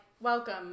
welcome